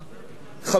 חלקם לפחות,